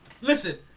Listen